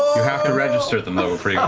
you have to register them, though, before